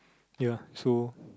ya so